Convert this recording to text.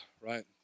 right